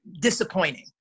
disappointing